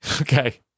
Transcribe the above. Okay